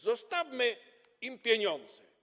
Zostawmy im pieniądze.